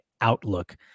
outlook